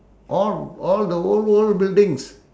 all all the old old buildings